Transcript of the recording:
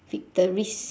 victories